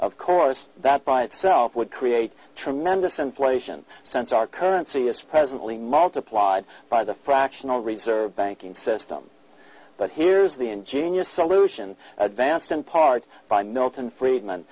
of course that by itself would create tremendous inflation since our currency is presently multiplied by the fractional reserve banking system but here's the ingenious solution advanced in part by milton friedman